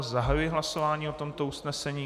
Zahajuji hlasování o tomto usnesení.